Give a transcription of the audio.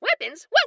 Weapons